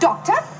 Doctor